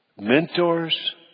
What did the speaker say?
Mentors